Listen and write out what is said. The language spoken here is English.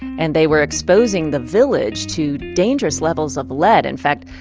and they were exposing the village to dangerous levels of lead. in fact,